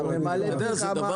זה דבר